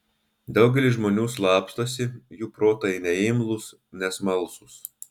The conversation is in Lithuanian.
daugelis žmonių slapstosi jų protai neimlūs nesmalsūs